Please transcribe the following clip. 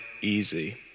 easy